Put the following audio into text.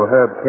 Herb